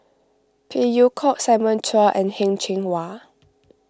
Phey Yew Kok Simon Chua and Heng Cheng Hwa